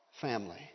family